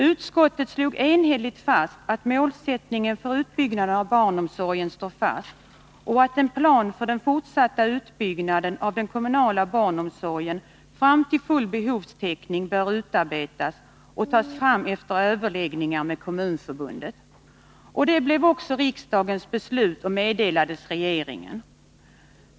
Utskottet slog enhälligt fast att målsättningen för utbyggnaden av barnomsorgen står fast och att en plan för den fortsatta utbyggnaden av den kommunala barnomsorgen fram till full behovstäckning bör utarbetas efter överläggningar med Kommunförbundet. Detta blev också riksdagens beslut och meddelades regeringen.